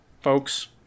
Folks